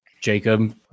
Jacob